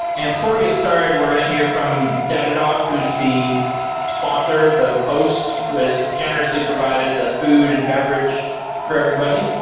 and before we get started, we're going to hear from datadog who's the sponsor, the host who has generously provided the food and beverage for everybody.